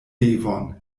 devon